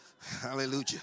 Hallelujah